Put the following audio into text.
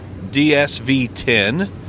dsv10